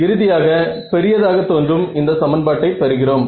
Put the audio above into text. இறுதியாக பெரியதாக தோன்றும் இந்த சமன்பாட்டை பெறுகிறோம்